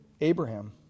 Abraham